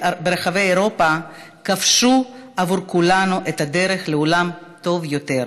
ברחבי אירופה כבשו עבור כולנו את הדרך לעולם טוב יותר,